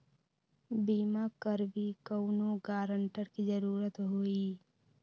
बिमा करबी कैउनो गारंटर की जरूरत होई?